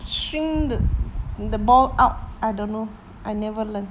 swing the ball out I don't know I never learn